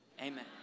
amen